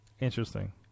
Interesting